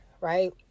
right